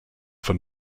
for